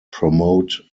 promote